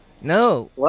No